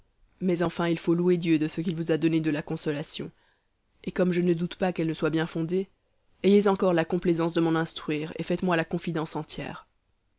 mais enfin il faut louer dieu de ce qu'il vous a donné de la consolation et comme je ne doute pas qu'elle ne soit bien fondée ayez encore la complaisance de m'en instruire et faites-moi la confidence entière